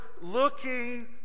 looking